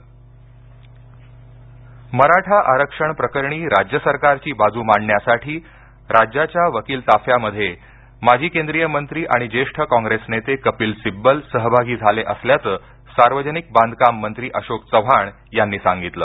मराठा मराठा आरक्षण प्रकरणी राज्य सरकारची बाजू मांडण्यासाठी राज्याच्या वकील ताफ्यामध्ये माजी केंद्रीय मंत्री आणि ज्येष्ठ कोन्ग्रेस नेते कपिल सिब्बल सहभागी झाले असल्याचं सार्वजनिक बांधकाम मंत्री अशोक चव्हाण यांनी सांगितलं